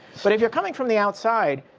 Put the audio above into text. but if you're coming from the outside.